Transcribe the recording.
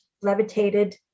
levitated